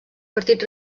partit